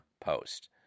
post